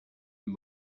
who